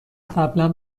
قبلا